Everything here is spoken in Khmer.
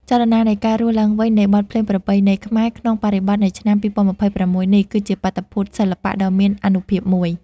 ចលនានៃការរស់ឡើងវិញនៃបទភ្លេងប្រពៃណីខ្មែរ ក្នុងបរិបទនៃឆ្នាំ ២០២៦ នេះ គឺជាបាតុភូតសិល្បៈដ៏មានអានុភាពមួយ។